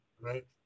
right